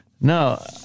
No